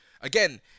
again